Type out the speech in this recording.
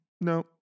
No